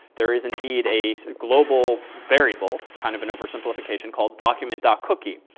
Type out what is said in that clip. there is indeed a global variable, kind of and over simplification called document cookie.